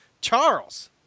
Charles